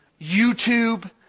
YouTube